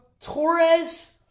Torres